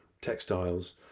textiles